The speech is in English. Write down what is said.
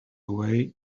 way